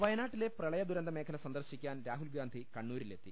വയിനാട്ടിലെ പ്രപളിയിദു രൂന്ത സ്മേഖല സന്ദർശിക്കാൻ രാഹുൽഗാന്ധി കണ്ണൂരിലെത്തി